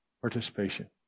participation